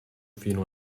fino